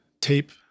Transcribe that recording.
tape